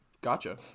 Gotcha